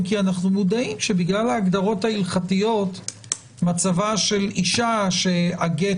אם כי אנחנו מודעים שבגלל ההגדרות ההלכתיות מצבה של אישה שהגט